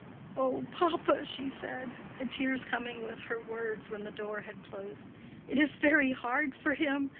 oh, papa, she said, the tears coming with her words when the door had closed it is very hard for him.